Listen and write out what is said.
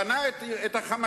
בנה את חמאסטן.